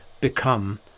become